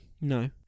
No